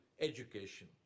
education